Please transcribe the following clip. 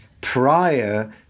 prior